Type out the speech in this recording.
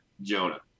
Jonah